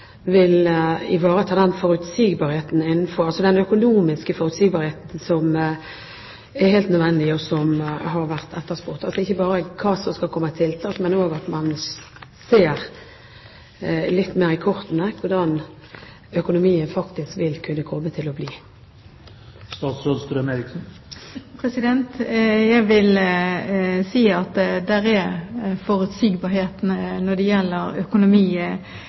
vil ivareta den økonomiske forutsigbarheten som er helt nødvendig, og som har vært etterspurt – altså ikke bare hva som skal komme av tiltak, men at man også ser litt mer i kortene hvordan økonomien faktisk vil kunne komme til å bli. Jeg vil si at det er forutsigbarhet når det